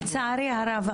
לצערי הרב,